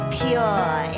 pure